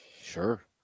Sure